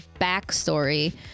backstory